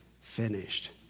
finished